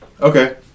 Okay